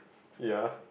ya